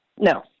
No